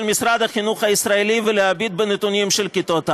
משרד החינוך הישראלי ולהביט בנתונים של כיתות א'.